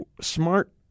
smart